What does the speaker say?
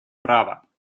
права